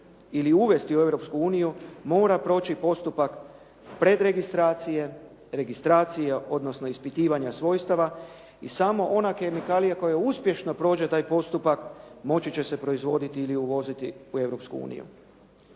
uniju, mora proći postupak predregistracije, registracija, odnosno ispitivanja svojstava i samo ona kemikalija koja uspješno prođe taj postupak moći će se proizvoditi ili uvoziti u